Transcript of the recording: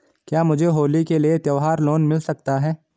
क्या मुझे होली के लिए त्यौहार लोंन मिल सकता है?